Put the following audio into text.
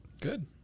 Good